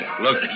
Look